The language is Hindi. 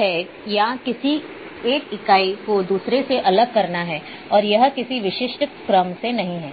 है या किसी एक इकाई को दूसरे से अलग करना है और यह किसी विशिष्ट क्रम से नहीं है